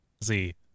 see